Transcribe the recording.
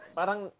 parang